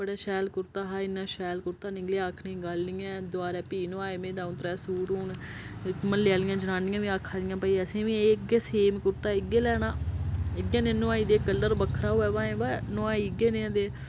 बड़ा शैल कुर्ता हा इ'न्ना शैैल कुर्ता निकलेआ आखने दी गल्ल नी ऐ दबारै फ्ही नोआए में द'ऊं त्रै सूट हून म्हल्ले आह्लियां जनानियां बी आखा दियां भाई असें बी एह् सेम इ'यै लैना इ'यै देआ नोआई दे कलर बक्खरा होऐ भाएं बा नोआई इ'यै नेह् दे